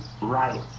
right